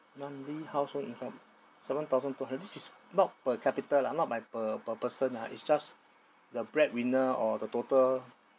monthly household income seven thousand two hundred this is not per capita lah not might per per person lah it's just the bread winner or the total